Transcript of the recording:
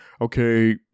okay